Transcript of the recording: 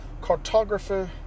cartographer